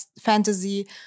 fantasy